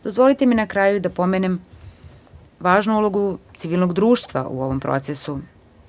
Dozvolite mi na kraju da pomenem važnu ulogu civilnog društva u ovom procesu.